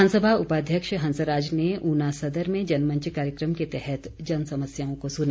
विधानसभा उपाध्यक्ष हंसराज ने ऊना सदर में जनमंच कार्यक्रम के तहत जन समस्याओं को सुना